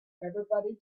everybody